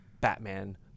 batman